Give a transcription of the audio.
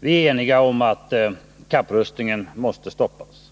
Vi är eniga om att kapprustningen måste stoppas,